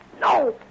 no